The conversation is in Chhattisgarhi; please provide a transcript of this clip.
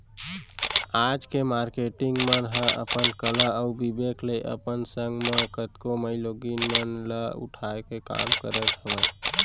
आज के मारकेटिंग मन ह अपन कला अउ बिबेक ले अपन संग म कतको माईलोगिन मन ल उठाय के काम करत हावय